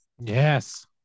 Yes